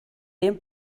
dem